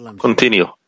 continue